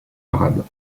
arabes